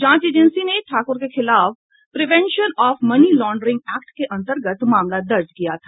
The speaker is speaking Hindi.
जांच एजेंसी ने ठाकुर के खिलाफ prevention of money laundering act के अन्तर्गत मामला दर्ज किया था